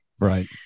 Right